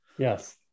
Yes